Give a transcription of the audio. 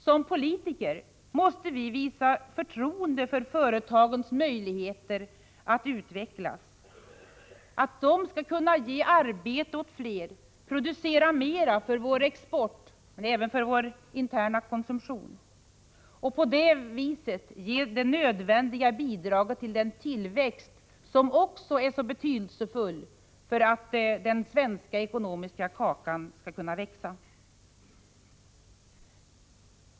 Som politiker måste vi visa förtroende för företagens möjligheter att utvecklas, för att de skall kunna ge arbete åt fler, producera mer för vår export och även för vår interna konsumtion och på det viset ge det nödvändiga bidraget till den tillväxt som är så betydelsefull för den svenska ekonomiska kakan.